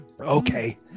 okay